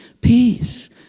peace